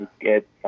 get